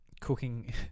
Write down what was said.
cooking